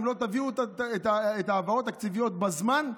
אם לא תעבירו את ההעברות התקציביות בזמן,